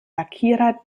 lackierer